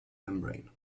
membrane